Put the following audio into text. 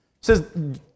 says